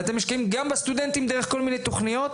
אתם משקיעים גם בסטודנטים דרך כל מיני תוכניות,